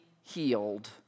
healed